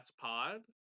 pod